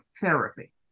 therapy